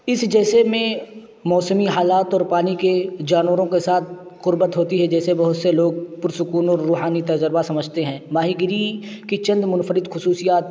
اس جیسے میں موسمی حالات اور پانی کے جانوروں کے ساتھ قربت ہوتی ہے جیسے بہت سے لوگ پرسکون روحانی تجربہ سمجھتے ہیں ماہی گیری کی چند منفرد خصوصیات